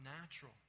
natural